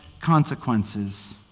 consequences